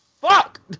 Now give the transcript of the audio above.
Fuck